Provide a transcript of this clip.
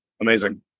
Amazing